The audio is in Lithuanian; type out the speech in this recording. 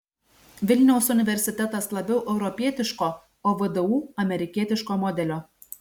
vilniaus universitetas labiau europietiško o vdu amerikietiško modelio